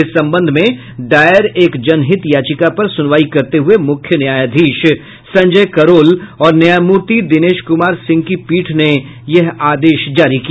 इस संबंध में दायर एक जनहित याचिका पर सुनवाई करते हुये मुख्य न्यायाधीश संजय करोल और न्यायमूर्ति दिनेश कुमार सिंह की पीठ ने यह आदेश जारी किया